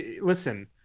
listen